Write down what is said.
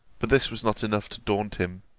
but this was not enough to daunt him.